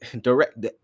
direct